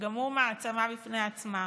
שגם הוא מעצמה בפני עצמה,